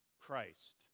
Christ